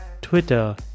Twitter